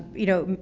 you know,